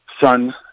son